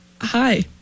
Hi